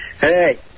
Hey